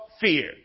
fear